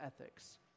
ethics